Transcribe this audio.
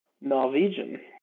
Norwegian